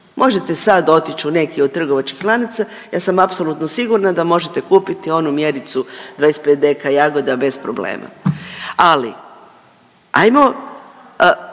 Možete sad otići u neki od trgovačkih lanaca, ja sam apsolutno sigurna da možete kupiti onu mjericu 25 deka jagoda bez problema. Ali, ajmo,